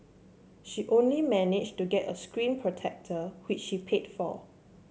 she only managed to get a screen protector which she paid for